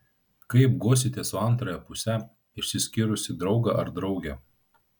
kaip guosite su antrąja puse išsiskyrusį draugą ar draugę